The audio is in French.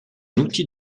outil